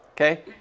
Okay